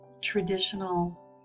traditional